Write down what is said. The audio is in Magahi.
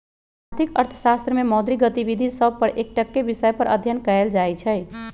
आर्थिक अर्थशास्त्र में मौद्रिक गतिविधि सभ पर एकटक्केँ विषय पर अध्ययन कएल जाइ छइ